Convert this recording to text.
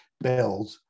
build